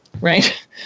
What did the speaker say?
right